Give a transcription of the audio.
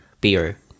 beer